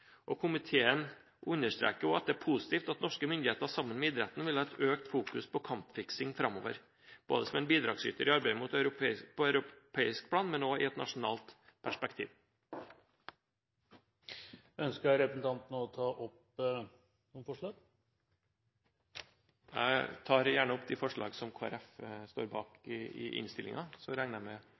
Komiteen understreker også at det er positivt at norske myndigheter sammen med idretten vil ha et økt fokus på kampfiksing framover, ikke bare som en bidragsyter i dette arbeidet på europeisk plan, men også i et nasjonalt perspektiv. Jeg tar opp de forslag som Kristelig Folkeparti står bak i innstillingen, så regner jeg med